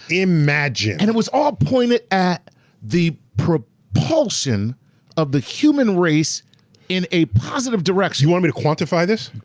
imagine. and it was all pointed at the propulsion of the human race in a positive direction. you want me to quantify this?